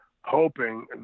hoping